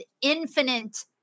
infinite